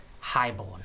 Highborn